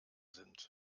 sind